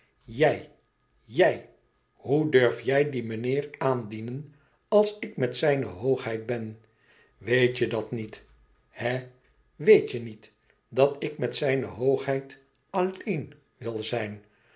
jij jij hoe durf jij dien meneer aandienen als ik met zijne hoogheid ben weet je dat niet hè weet je niet dat ik met zijne hoogheid alleen wil zijn